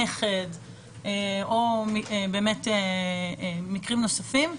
נכד או מקרים נוספים,